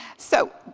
so,